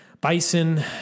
bison